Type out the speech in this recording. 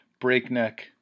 breakneck